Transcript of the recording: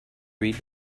read